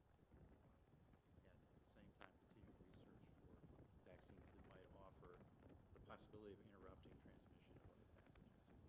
they perform and at the same time continuing research for vaccines that might offer the possibility of interrupting transmission of other pathogens.